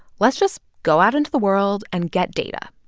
let's just go out into the world and get data,